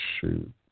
shoot